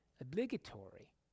obligatory